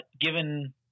given